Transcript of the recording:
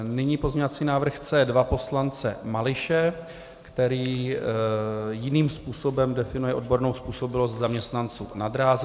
Nyní pozměňovací návrh C2 poslance Mališe, který jiným způsobem definuje odbornou způsobilost zaměstnanců na dráze.